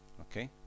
Okay